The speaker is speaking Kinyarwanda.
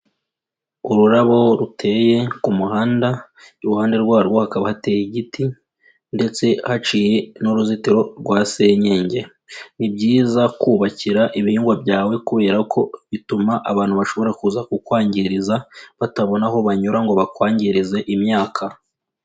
Ururabo ruteye ku muhanda, iruhande rwarwo hakaba hateye igiti ndetse haciye n'uruzitiro rwa senyenge. Ni byiza kubakira ibihingwa byawe kubera ko bituma abantu bashobora kuza kukwangiriza, batabona aho banyura ngo bakwangirize imyaka.